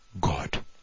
God